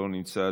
לא נמצא,